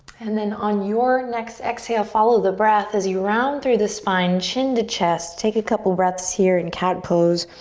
and then on your next exhale, follow the breath as you round through the spine, chin to chest, take a couple breaths here in cat pose.